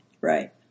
Right